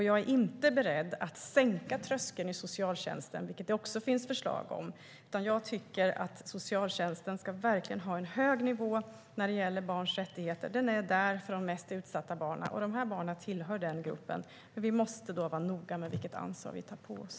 Jag är inte beredd att sänka tröskeln i socialtjänsten, vilket det också finns förslag om, utan jag tycker att socialtjänsten verkligen ska ha en hög nivå när det gäller barns rättigheter. Den finns där för de mest utsatta barnen, och de här barnen tillhör den gruppen. Vi måste då vara noga med vilket ansvar vi tar på oss.